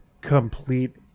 complete